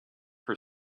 for